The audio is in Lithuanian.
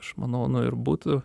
aš manau na ir būtų